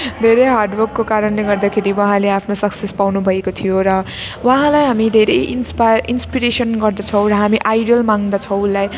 धेरै हार्डवर्कको कारणले गर्दाखेरि उहाँले आफ्नो सक्सेस पाउनुभएको थियो र उहाँलाई हामी धेरै इन्सपायर इन्सपिरेसन गर्दछौँ र हामी आइडोल मान्दछौँ उसलाई